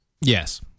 Yes